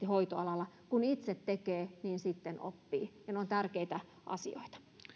hoitoalalla että kun itse tekee niin sitten oppii ja ne ovat tärkeitä asioita